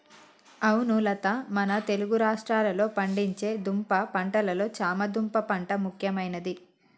అవును లత మన తెలుగు రాష్ట్రాల్లో పండించే దుంప పంటలలో చామ దుంప పంట ముఖ్యమైనది